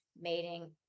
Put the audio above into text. mating